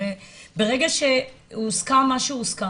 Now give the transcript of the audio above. הרי ברגע שהוסכם מה שהוסכם,